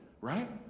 right